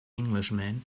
englishman